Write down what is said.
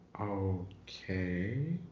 Okay